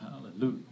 Hallelujah